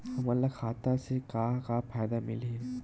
हमन ला खाता से का का फ़ायदा मिलही?